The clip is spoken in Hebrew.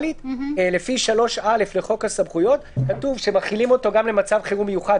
בסעיף 3א לחוק הסמכויות כתוב שמחילים אותו גם במצב חירום מיוחד.